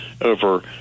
over